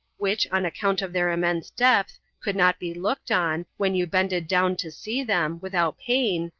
which, on account of their immense depth, could not be looked on, when you bended down to see them, without pain,